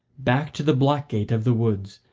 back to the black gate of the woods,